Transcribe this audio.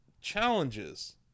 challenges